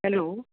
hello